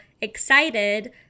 excited